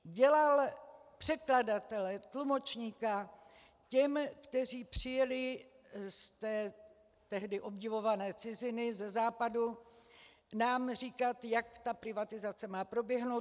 Dělal překladatele, tlumočníka těm, kteří přijeli z té tehdy obdivované ciziny, ze Západu nám říkat, jak privatizace má proběhnout.